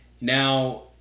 Now